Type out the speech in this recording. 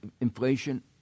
inflation